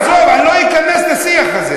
עזוב, אני לא אכנס לשיח הזה.